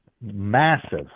massive